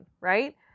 right